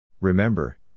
Remember